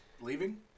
leaving